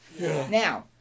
Now